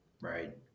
Right